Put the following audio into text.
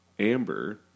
Amber